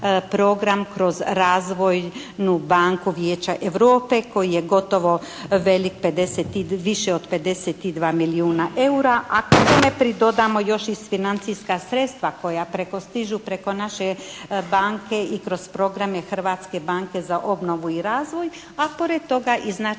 program kroz Razvojnu banku Vijeća Europe koji je gotovo velik više od 52 milijuna eura a da tome pridodamo još i financijska sredstva koja stižu preko naše banke i kroz programe Hrvatske banke za obnovu i razvoj a pored toga i značajna